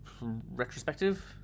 retrospective